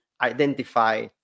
identify